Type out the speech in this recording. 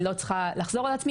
אני לא צריכה לחזור על עצמי.